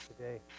today